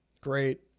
great